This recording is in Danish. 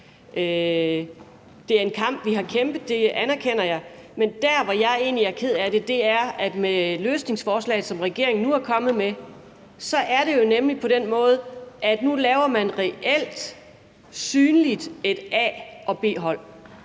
det er en kamp, vi har kæmpet – det anerkender jeg – men det, der egentlig gør mig ked af det, er, at med det løsningsforslag, som regeringen nu er kommet med, så er det på den måde, at man nu reelt synligt laver et A- og et B-hold.